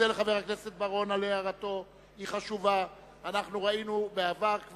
התאריך שנקבע הוא 1 בינואר 2011. אני מקווה שאכן המליאה תאשר את